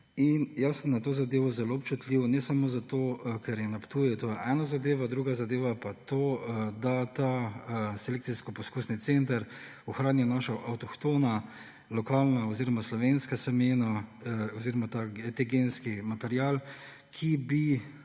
Ptuj. Na to zadevo sem zelo občutljiv, ne samo zato, ker je na Ptuju, to je ena zadeva. Druga zadeva pa je to, da ta Selekcijsko-poskusni center ohranja naša avtohtona lokalna oziroma slovenska semena oziroma ta genski material, ki bi